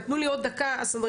נתנו לי עוד דקה הסדרנים,